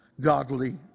godly